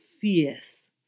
fierce